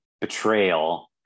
betrayal